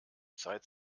zeit